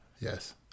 Yes